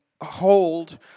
Hold